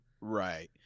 Right